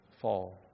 fall